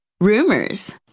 rumors